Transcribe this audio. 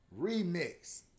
Remix